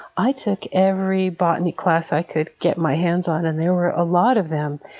i took every botany class i could get my hands on, and there were a lot of them,